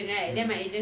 mm